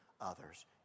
others